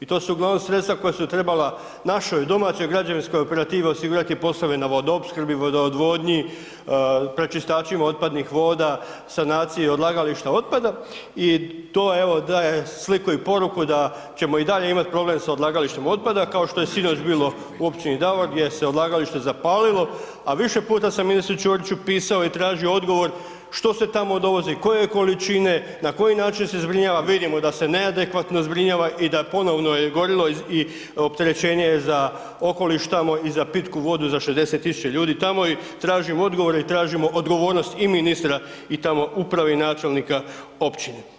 I to su uglavnom sredstva koja su trebala našoj domaćoj građevinskoj operativi osigurati poslove na vodoopskrbi, vodoodvodnji, pročistačima otpadnih voda, sanaciji odlagališta otpada i to evo daje sliku i poruku da ćemo i dalje imati problem sa odlagalištem otpada kao što je sinoć bilo u općini Davor gdje se odlagalište zapalilo a više puta sam ministru Ćoriću pisao i tražio odgovor što se tamo dovozi, koje količine, na koji način se zbrinjava, vidimo da se neadekvatno zbrinjava i da ponovno je gorilo i opterećenje je za okoliš tamo i za pitku vodu za 60 000 ljudi tamo i tražimo odgovore i tražimo odgovornost i ministra i tamo uprave i načelnika općine.